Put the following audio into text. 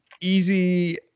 easy